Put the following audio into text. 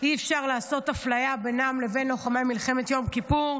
אי-אפשר לעשות אפליה בינם לבין לוחמי מלחמת יום כיפור.